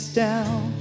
down